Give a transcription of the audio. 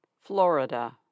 Florida